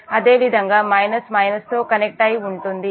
అదేవిధంగా minus minus తో connect అయి ఉంటుంది